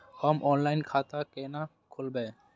हम ऑनलाइन खाता केना खोलैब?